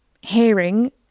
hearing